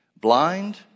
blind